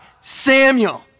Samuel